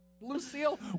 Lucille